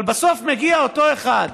אבל בסוף מגיע אותו אחד,